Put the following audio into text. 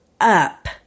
up